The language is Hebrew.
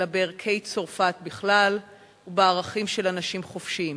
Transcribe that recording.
אלא בערכי צרפת בכלל ובערכים של אנשים חופשיים.